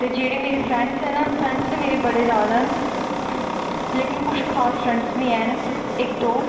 ते जेहड़े मेरे फ्रैंडज न फ्रैंडज मेरे बड़े ज्यादा न लेकिन कुछ खास फ्रैंडज बी हैन इक दो